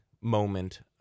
moment